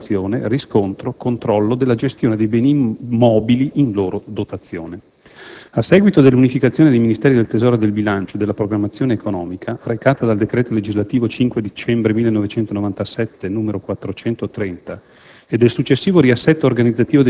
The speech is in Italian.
per assolvere alle operazioni di rilevazione, riscontro e controllo della gestione dei beni mobili in loro dotazione. A seguito dell'unificazione dei Ministeri del tesoro e del bilancio e della programmazione economica, recata dal decreto legislativo 5 dicembre 1997, n. 430,